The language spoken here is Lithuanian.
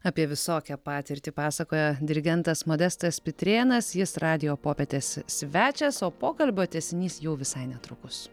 apie visokią patirtį pasakoja dirigentas modestas pitrėnas jis radijo popietės svečias o pokalbio tęsinys jau visai netrukus